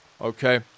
okay